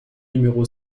numéro